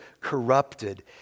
corrupted